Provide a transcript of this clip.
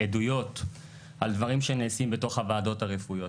ועדויות על דברים שנעשים בתוך הוועדות הרפואיות.